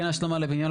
כן השלמה לבניין,